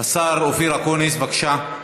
השר אופיר אקוניס, בבקשה.